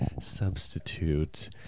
substitute